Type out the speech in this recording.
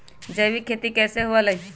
जैविक खेती कैसे हुआ लाई?